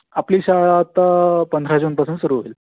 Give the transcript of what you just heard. आपली शाळा आता पंधरा जूनपासून सुरु होईल